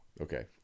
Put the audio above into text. Okay